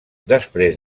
després